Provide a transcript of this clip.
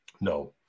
No